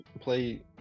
play